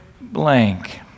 blank